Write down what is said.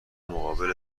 مقابل